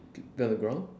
to the ground